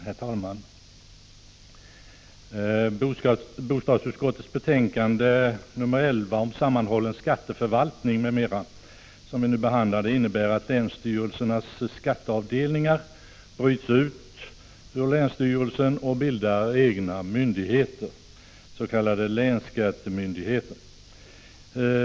Herr talman! Förslagen i bostadsutskottets betänkande 11 om sammanhållen skatteförvaltning m.m., som vi nu behandlar, innebär att länsstyrelsernas skatteavdelningar bryts ut ur länsstyrelsen och bildar egna myndigheter, s.k. länsskattemyndigheter.